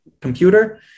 computer